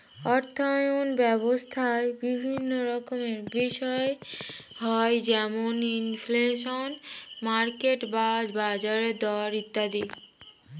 অর্থায়ন ব্যবস্থায় বিভিন্ন রকমের বিষয় হয় যেমন ইনফ্লেশন, মার্কেট বা বাজারের দর ইত্যাদি